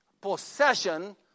possession